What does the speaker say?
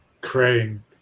Crane